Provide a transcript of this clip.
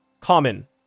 common